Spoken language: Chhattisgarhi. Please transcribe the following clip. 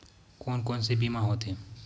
कोन कोन से बीमा होथे?